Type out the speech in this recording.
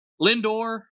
Lindor